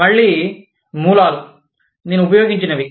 మళ్ళీ మూలాలు నేను ఉపయోగించినవి